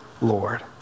Lord